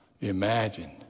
imagine